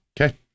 Okay